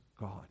God